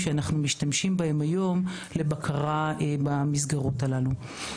שאנחנו משתמשים בהם היום לבקרה במסגרות הללו.